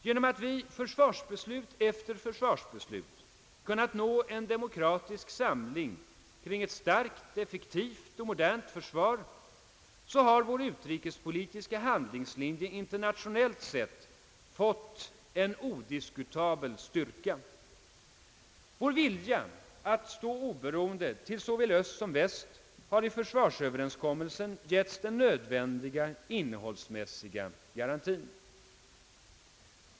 Genom att vi försvarsbeslut efter försvarsbeslut kunnat nå en demokratisk samling kring ett starkt, effektivt och modernt försvar, har vår utrikespolitiska handlingslinje interna tionellt sett fått en odiskutabel styrka. Vår vilja att stå oberoende till såväl öst som väst har i försvarsöverenskommelsen getts den nödvändiga innehållsmässiga garantien.